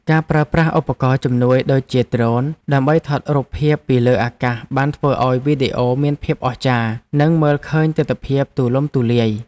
ការប្រើប្រាស់ឧបករណ៍ជំនួយដូចជាដ្រូន ដើម្បីថតរូបភាពពីលើអាកាសបានធ្វើឱ្យវីដេអូមានភាពអស្ចារ្យ និងមើលឃើញទិដ្ឋភាពទូលំទូលាយ។